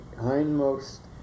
hindmost